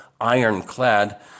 ironclad